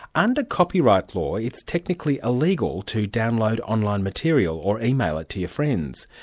under copyright law, it's technically illegal to download online material or email it to your friends.